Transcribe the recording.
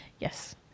Yes